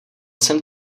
jsem